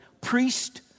Priest